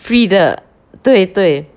free 的对对